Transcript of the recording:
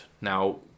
Now